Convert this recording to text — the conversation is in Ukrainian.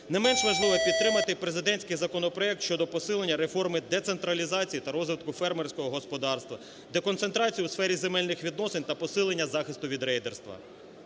не менш важливе - підтримати президентський законопроект щодо посилення реформи децентралізації та розвитку фермерського господарства, деконцентрацію у сфері земельних відносин та посилення захисту від рейдерства.